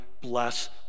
bless